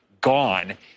gone